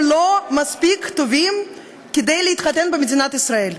הם לא מספיק טובים כדי להתחתן במדינת ישראל.